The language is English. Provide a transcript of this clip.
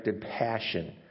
passion